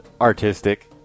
artistic